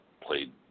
played